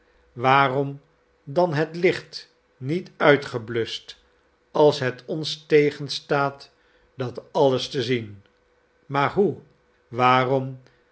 waarom dan het licht niet uitgebluscht als het ons tegenstaat dat alles te zien maar hoe waarom